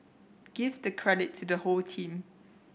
give the credit to the whole team